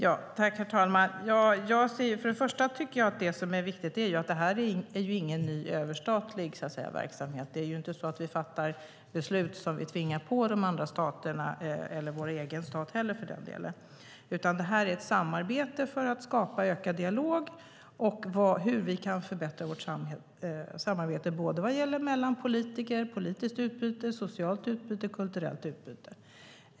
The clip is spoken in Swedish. Herr talman! Först och främst tycker jag att det är viktigt att säga att det här inte är någon ny överstatlig verksamhet. Vi fattar ju inte beslut som vi tvingar på de andra staterna eller vår egen stat heller, för den delen. Det här är till för att skapa ökad dialog om hur vi kan förbättra vårt samarbete vad gäller såväl politiskt utbyte som socialt utbyte och kulturellt utbyte.